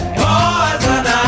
poison